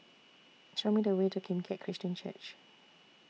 Show Me The Way to Kim Keat Christian Church